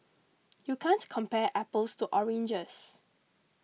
you can't compare apples to oranges